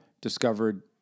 discovered